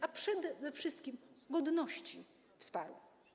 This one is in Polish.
a przede wszystkim godności wsparł.